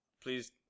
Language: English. please